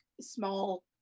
small